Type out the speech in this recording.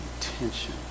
tension